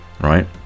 right